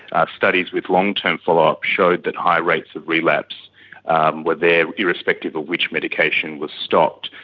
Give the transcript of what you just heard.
ah studies with long-term follow-up showed that high rates of relapse and were there irrespective of which medication was stopped.